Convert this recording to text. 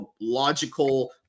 logical